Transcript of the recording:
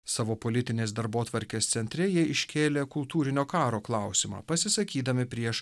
savo politinės darbotvarkės centre jie iškėlė kultūrinio karo klausimą pasisakydami prieš